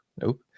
nope